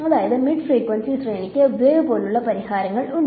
അതായത് മിഡ് ഫ്രീക്വൻസി ശ്രേണിക്ക് വേവ് പോലുള്ള പരിഹാരങ്ങൾ ഉണ്ട്